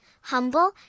humble